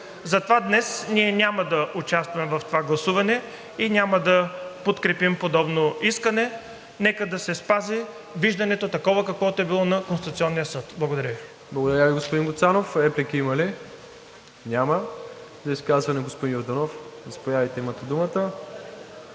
Затова днес ние няма да участваме в това гласуване и няма да подкрепим подобно искане. Нека да се спази виждането такова, каквото е било на Конституционния съд. Благодаря Ви. ПРЕДСЕДАТЕЛ МИРОСЛАВ ИВАНОВ: Благодаря Ви, господин Гуцанов. Има ли реплики? Няма. За изказване – господин Йорданов, заповядайте, имате думата.